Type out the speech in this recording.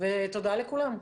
תודה לכולם.